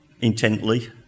intently